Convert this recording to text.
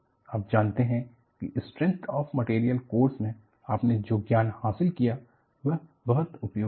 आप जानते हैं कि स्ट्रेंथ ऑफ मटेरियल कोर्स में आपने जो ज्ञान हासिल किया है वह बहुत उपयोगी है